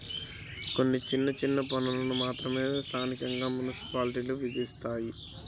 కొన్ని చిన్న చిన్న పన్నులను మాత్రమే స్థానికంగా మున్సిపాలిటీలు విధిస్తాయి